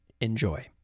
Enjoy